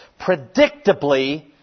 predictably